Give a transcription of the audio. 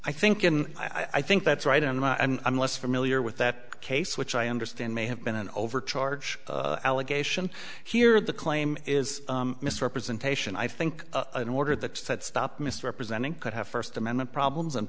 i think in i think that's right and i'm less familiar with that case which i understand may have been an overcharge allegation here the claim is misrepresentation i think in order that said stop misrepresenting could have first amendment problems and